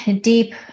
deep